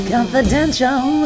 Confidential